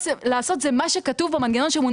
מה שהיא אמורה לעשות זה מה שכתוב במנגנון שמונח לפניכם.